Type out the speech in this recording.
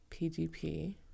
PGP